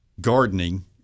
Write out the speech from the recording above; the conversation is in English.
gardening